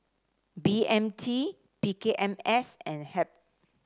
B M T P K M S and HEB